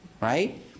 right